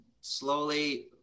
slowly